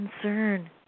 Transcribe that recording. concern